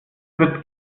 wird